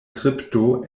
kripto